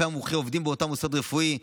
והרופא המומחה עובדים באותו מוסד רפואי,